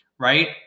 right